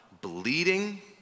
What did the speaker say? bleeding